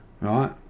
right